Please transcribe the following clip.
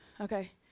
Okay